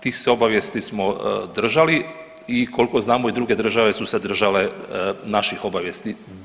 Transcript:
Tih se obavijesti smo držali i koliko znamo i druge države su se držale naših obavijesti.